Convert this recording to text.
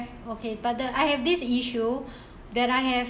okay but the I have this issue that I have